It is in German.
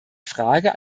frage